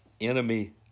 enemy